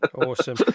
Awesome